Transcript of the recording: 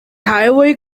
highway